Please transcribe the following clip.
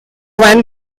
wan